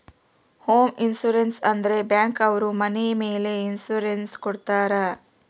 home insurance ಅಂದ್ರೆ bank ಅವ್ರು ಮನೆ ಮೇಲೆ ಇನ್ಸೂರೆನ್ಸ್ ಕೊಡ್ತಾರ